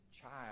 child